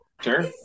sure